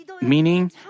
meaning